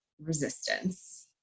resistance